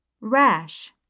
Rash